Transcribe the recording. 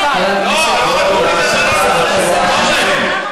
ראש הממשלה,